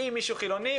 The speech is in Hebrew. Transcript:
אם מישהו חילוני,